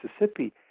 Mississippi